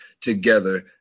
together